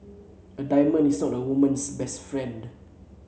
a diamond is not a woman's best friend